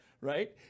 Right